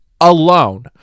alone